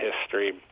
history